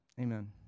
Amen